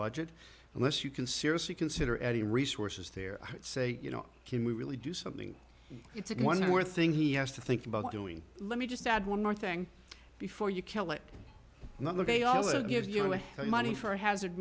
budget unless you can seriously consider any resources there say you know can we really do something it's a one more thing he has to think about doing let me just add one more thing before you kill it another day also gives you a head money for hazard